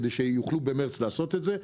כדי שיוכלו לעשות את זה במרס.